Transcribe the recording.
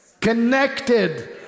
connected